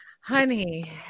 honey